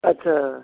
अच्छा